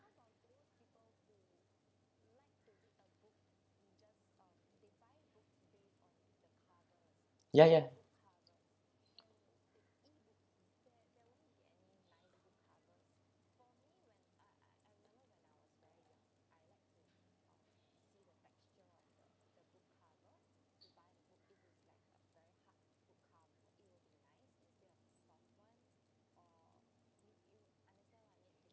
ya ya